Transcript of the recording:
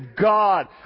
God